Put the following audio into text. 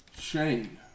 Shane